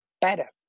better